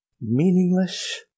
meaningless